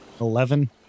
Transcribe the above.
Eleven